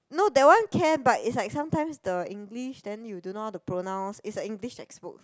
no that one can but it's like sometimes the English then you do not know to pronounce it's like English textbook